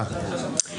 ההסתייגות הבאה, בבקשה.